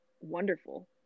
wonderful